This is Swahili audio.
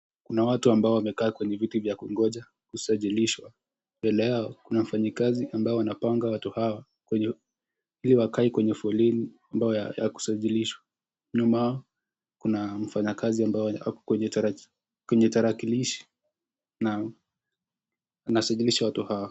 Kuna watu ambao wamekaa kwenye viti vya kungoja kusajilishwa. Mbele yao kuna wafanyikazi ambao wanapanga watu hao iliwakae kwenye foleni wakingoja mda yao ya kusajilishwa, nyuma yao kuna mfanyikazi moja kwenye tarakilishi na anasajilisha watu hao.